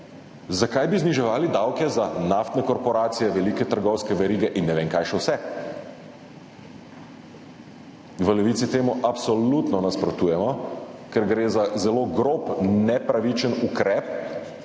zakaj bi zniževali davke za naftne korporacije, velike trgovske verige in ne vem kaj še vse. V Levici temu absolutno nasprotujemo, ker gre za zelo grob, nepravičen ukrep,